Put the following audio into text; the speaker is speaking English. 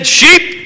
sheep